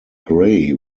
gray